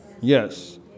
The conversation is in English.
Yes